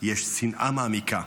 יש שנאה מעמיקה,